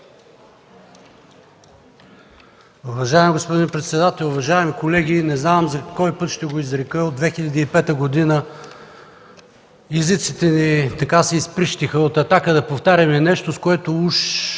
Уважаеми господин председател, уважаеми колеги! Не знам за кой път ще го изрека – от 2005 г. езиците ни се изприщиха от „Атака” да повтаряме нещо, с което уж